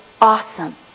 awesome